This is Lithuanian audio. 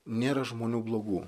nėra žmonių blogų